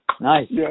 Nice